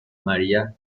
maría